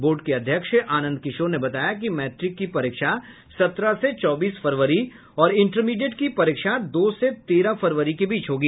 board के अध्यक्ष आनंद किशोर ने बताया कि मैट्रिक की परीक्षा सत्रह से चौबीस फरवरी और इंटरमीडिएट की परीक्षा दो से तेरह फरवरी के बीच होगी